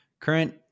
Current